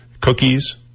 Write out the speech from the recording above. Cookies